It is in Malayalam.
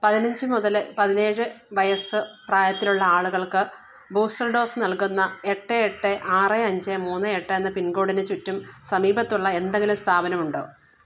പതിനഞ്ച് മുതല് പതിനേഴ് വയസ്സ് പ്രായത്തിലുള്ള ആളുകൾക്ക് ബൂസ്റ്റർ ഡോസ് നൽകുന്ന എട്ട് എട്ട് ആറ് അഞ്ച് മൂന്ന് എട്ട് എന്ന പിൻകോഡിന് ചുറ്റും സമീപത്തുള്ള എന്തെങ്കിലും സ്ഥാപനമുണ്ടോ